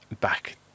back